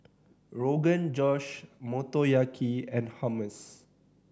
Rogan Josh Motoyaki and Hummus